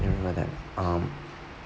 cannot remember that um